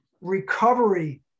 recovery